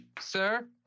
sir